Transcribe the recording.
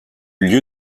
lieu